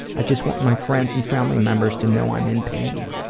i just want my friends and family members to know i'm in pain.